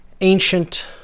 ancient